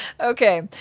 okay